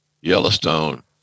Yellowstone